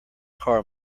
car